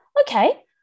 Okay